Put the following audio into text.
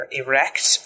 erect